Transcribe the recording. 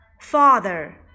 Father